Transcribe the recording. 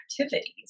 activities